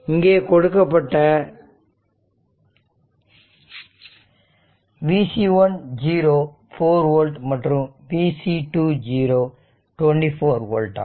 இங்கே கொடுக்கப்பட்ட v C1 4 volt மற்றும் v C2 24 ஓல்ட் ஆகும்